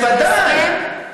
בוודאי.